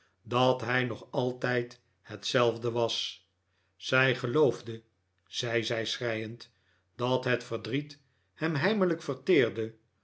dat hij nog altijd hetzelfde was zij geloofde zei zij schreiend dat het verdriet hem heimelijk verteerde